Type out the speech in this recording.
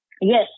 Yes